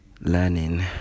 learning